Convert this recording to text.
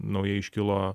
naujai iškilo